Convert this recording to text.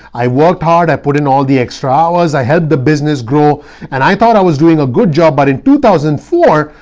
i worked hard. i put in all the extra hours i helped the business grow and i thought i was doing a good job. but in two thousand and four,